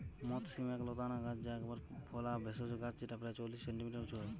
মথ শিম এক লতানা গাছ যা একবার ফলা ভেষজ গাছ যেটা প্রায় চল্লিশ সেন্টিমিটার উঁচু হয়